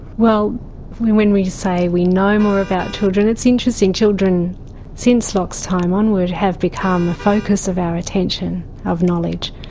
well when we say we know more about children, it's interesting. children since locke's time onward have become a focus of our attention of knowledge.